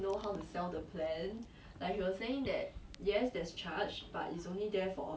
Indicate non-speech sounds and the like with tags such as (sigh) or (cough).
mm twelve years is very long bro (laughs)